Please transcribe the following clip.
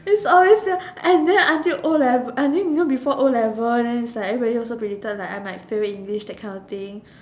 it's always and then until O-level and then you know before O-level and then it's like everybody also predicted that I might fail English that kind of thing